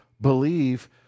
believe